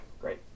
great